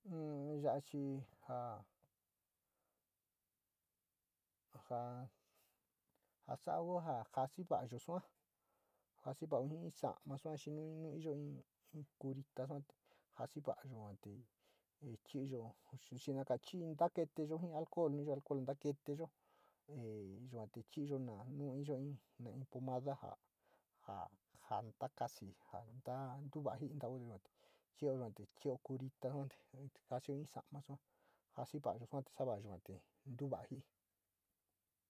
In ya´a chi so, sa´a ku ja jasi va´ayo sua, jasi va´a jii in sa´ama sua xi nu iyo in curita sua te josi vara yua te ichiyo spsi na kachii naketeyo jir alcohol in alcohol naketeyo yua te chiiiyo na nu iyo in pomada ja, ta, ja ntakasi, jo mu kua jir intao yua te chio curita suate kasio in sama sua jasi va´ayo yua te ntuva´a jii.